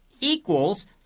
equals